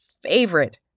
favorite